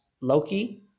Loki